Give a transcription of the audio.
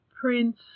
Prince